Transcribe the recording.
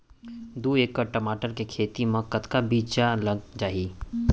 दू एकड़ टमाटर के खेती मा कतका बीजा लग जाही?